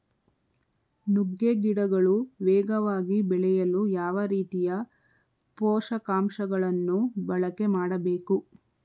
ನುಗ್ಗೆ ಗಿಡಗಳು ವೇಗವಾಗಿ ಬೆಳೆಯಲು ಯಾವ ರೀತಿಯ ಪೋಷಕಾಂಶಗಳನ್ನು ಬಳಕೆ ಮಾಡಬೇಕು?